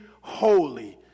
holy